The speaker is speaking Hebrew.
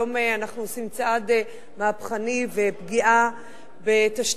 היום אנחנו עושים צעד מהפכני בפגיעה בתשתיות.